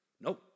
No